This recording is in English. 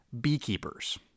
beekeepers